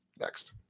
Next